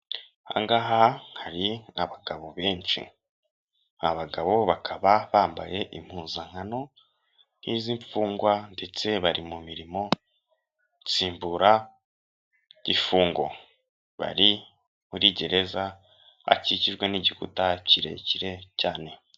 Aha ngaha hari abagabo benshi. Aba bagabo bakaba bambaye impuzankano nk'iz'imfungwa, ndetse bari mu mirimo nsimburagifungo. Bari muri gereza hakikijwe n'igikuta kirekire cyane.